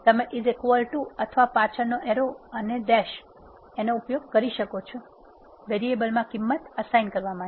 તમે અથવા પાછળના એરો નો ઉપયોગ કરી શકો છો વેરિયેબલ માં કિંમત એસાઇન કરવા માટે